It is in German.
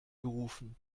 gerufen